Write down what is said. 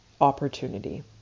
opportunity